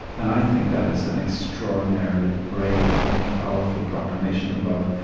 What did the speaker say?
and i think that is an extraordinarily brave and powerful proclamation of love,